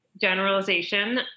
generalization